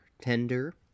tender